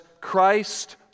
Christ